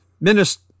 minister